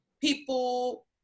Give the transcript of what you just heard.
people